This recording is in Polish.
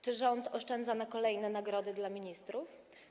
Czy rząd oszczędza na kolejne nagrody dla ministrów?